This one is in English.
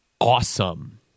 Awesome